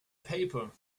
paper